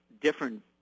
different